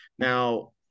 Now